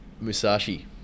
Musashi